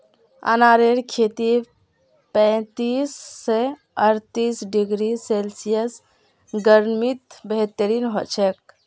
अनारेर खेती पैंतीस स अर्तीस डिग्री सेल्सियस गर्मीत बेहतरीन हछेक